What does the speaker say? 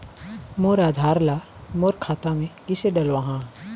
मोर आधार ला मोर खाता मे किसे डलवाहा?